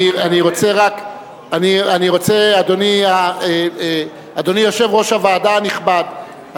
אדוני יושב-ראש הוועדה הנכבד,